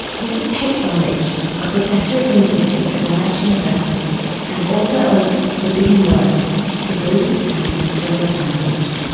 this is kate burridge, a professor of linguistics at monash university and author of forbidden words taboo and the censoring of language.